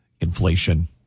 inflation